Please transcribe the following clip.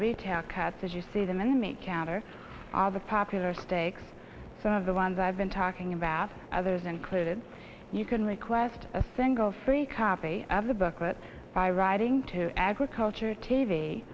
retail cats that you see them in the counter all the popular steaks some of the ones i've been talking about others included you can request a single free copy of the booklet by writing to agriculture t